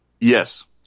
Yes